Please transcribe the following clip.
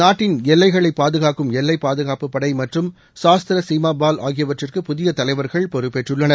நாட்டின் எல்லைகளை பாதுகாக்கும் எல்லைப் பாதுகாப்புப் படை மற்றும் சாஸ்திர சீமா பால் ஆகியவற்றுக்கு புதிய தலைவர்கள் பொறுப்பேற்றுள்ளனர்